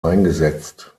eingesetzt